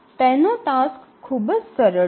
તેનો ટાસ્ક ખૂબ જ સરળ છે